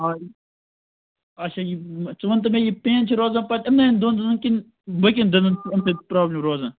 آ یہِ اچھا یہِ ژٕ وَن تہٕ مےٚ یہِ پین چھِ روزان پَتہٕ یِمنٕے دۄن دۄہَن کِنہٕ باقِیَن دۄہَن چھِ یِم سۭتۍ پرابلِم روزان